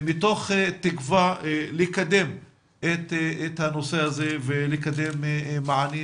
מתוך תקווה לקדם את הנושא הזה ולקדם מענים